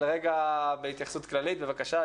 אבל רגע בהתייחסות כללית, בבקשה,